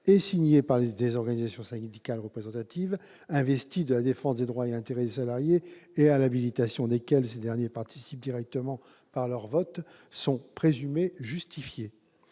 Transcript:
et signés par des organisations syndicales représentatives, investies de la défense des droits et intérêts des salariés et à l'habilitation desquelles ces derniers participent directement par leur vote, sont présumées justifiées.